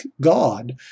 God